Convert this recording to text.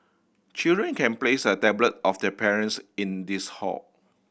children can place a tablet of their parents in this hall